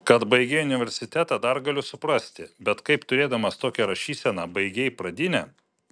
kad baigei universitetą dar galiu suprasti bet kaip turėdamas tokią rašyseną baigei pradinę